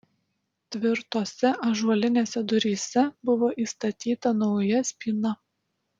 tvirtose ąžuolinėse duryse buvo įstatyta nauja spyna